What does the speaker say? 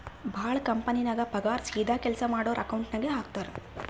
ಭಾಳ ಕಂಪನಿನಾಗ್ ಪಗಾರ್ ಸೀದಾ ಕೆಲ್ಸಾ ಮಾಡೋರ್ ಅಕೌಂಟ್ ನಾಗೆ ಹಾಕ್ತಾರ್